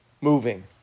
moving